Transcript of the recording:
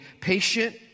patient